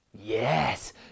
Yes